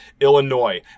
Illinois